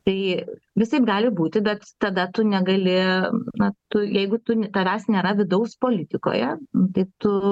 tai visaip gali būti bet tada tu negali na tu jeigu tavęs nėra vidaus politikoje tai tu